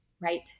right